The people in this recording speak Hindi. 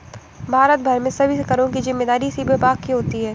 भारत भर में सभी करों की जिम्मेदारी इसी विभाग की होती है